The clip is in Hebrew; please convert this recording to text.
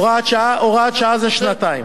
הוראת שעה זה שנתיים.